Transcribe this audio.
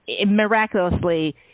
miraculously